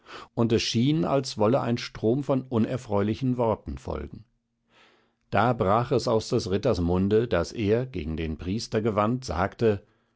und es schien als wolle ein strom von unerfreulichen worten folgen da brach es aus des ritters munde daß er gegen den preister gewandt sagte